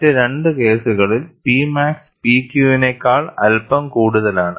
മറ്റ് രണ്ട് കേസുകളിൽP മാക്സ് PQ വിനേക്കാൾ അല്പം കൂടുതലാണ്